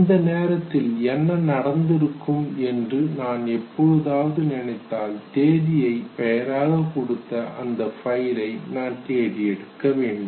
இந்த நேரத்தில் என்ன நடந்திருக்கும் என்று நான் எப்பொழுதாவது நினைத்தால் தேதியை பெயராக கொடுத்த அந்த பைலை நான் தேடி எடுக்க வேண்டும்